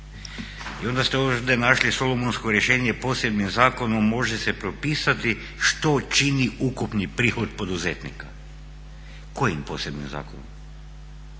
I onda ste ovdje našli solomonsko rješenje, posebnim zakonom može se propisati što čini ukupni prihod poduzetnika. Kojim posebnim zakonom?